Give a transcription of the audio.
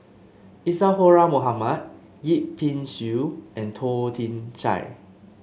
Isadhora Mohamed Yip Pin Xiu and Toh Chin Chye